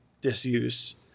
disuse